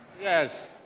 Yes